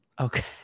Okay